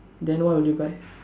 then what would you buy